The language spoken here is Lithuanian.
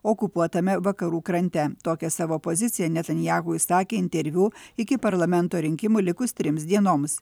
okupuotame vakarų krante tokią savo poziciją netanjahu išsakė interviu iki parlamento rinkimų likus trims dienoms